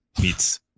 meets